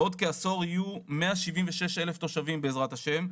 בעוד כעשור יהיו שם 176,000 תושבים בעזרת השם,